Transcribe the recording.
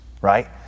right